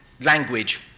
language